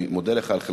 אני מודה לך על חלקך,